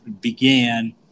began